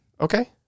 Okay